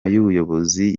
y’ubuyobozi